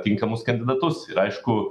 tinkamus kandidatus ir aišku